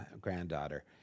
granddaughter